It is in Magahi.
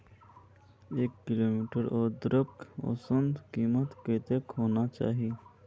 एक किलोग्राम अदरकेर औसतन कीमत कतेक होना चही?